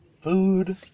food